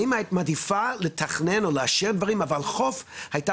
האם היית מעדיפה לתכנן או לאשר דברים אבל חוף הייתה